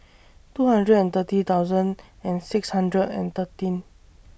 two hundred and thirty thousand and six hundred and thirteen